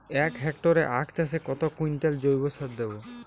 এক হেক্টরে আখ চাষে কত কুইন্টাল জৈবসার দেবো?